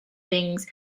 things